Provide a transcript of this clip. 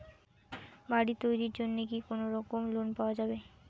বাড়ি তৈরির জন্যে কি কোনোরকম লোন পাওয়া যাবে?